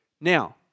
Now